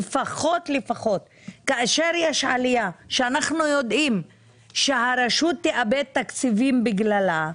לפחות כאשר יש עלייה שאנחנו יודעים שהרשות תאבד תקציבים בגללה,